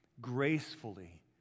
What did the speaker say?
gracefully